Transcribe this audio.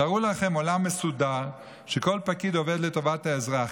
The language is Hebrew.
תארו לכם עולם מסודר שכל פקיד עובד לטובת האזרח,